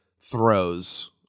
throws